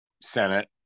senate